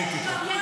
לא הייתי פה.